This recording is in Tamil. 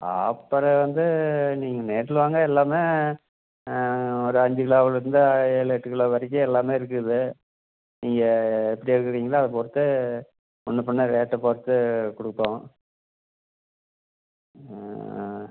அப்புறம் வந்து நீங்கள் நேரில் வாங்க எல்லாமே ஒரு அஞ்சு கிலோவுலேருந்து ஏழு எட்டு கிலோ வரைக்கும் எல்லாமே இருக்குது நீங்கள் எப்படி எடுக்கிறீங்களோ அதை பொறுத்து முன்னேப் பின்னே ரேட்டை பொறுத்துக் கொடுப்போம்